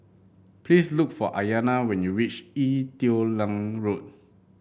please look for Aiyana when you reach Ee Teow Leng Road